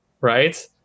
right